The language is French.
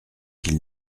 qu’il